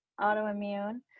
autoimmune